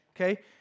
okay